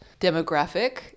demographic